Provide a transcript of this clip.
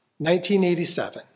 1987